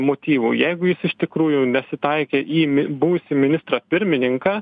motyvų jeigu jis iš tikrųjų nesitaikė į mi buvusį ministrą pirmininką